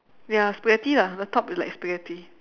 ya spaghetti lah the top is like spaghetti